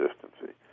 consistency